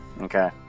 Okay